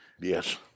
Yes